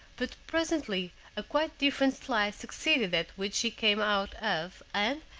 but presently a quite different light succeeded that which he came out of, and,